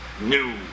new